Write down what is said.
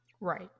Right